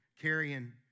carrying